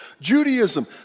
Judaism